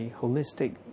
holistic